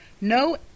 no